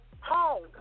Home